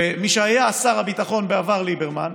מי שהיה שר הביטחון בעבר, ליברמן,